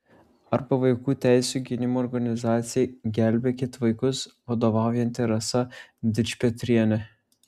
arba vaikų teisių gynimo organizacijai gelbėkit vaikus vadovaujanti rasa dičpetrienė